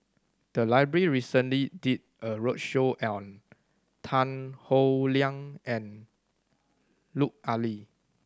the library recently did a roadshow on Tan Howe Liang and Lut Ali